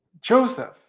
Joseph